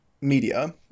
media